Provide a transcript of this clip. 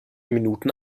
minuten